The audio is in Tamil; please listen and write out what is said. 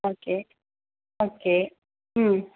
ஓகே ஓகே ம்